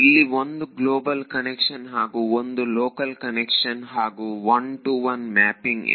ಇಲ್ಲಿ ಒಂದು global convention ಹಾಗೂ ಒಂದು ಲೋಕಲ್ ಕನ್ವೆನ್ಷನ್ ಹಾಗೂ 1 ಟು 1 ಮ್ಯಾಪಿಂಗ್ ಇದೆ